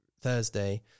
Thursday